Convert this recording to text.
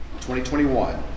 2021